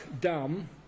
dumb